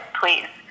please